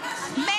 אני מאשימה.